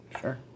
sure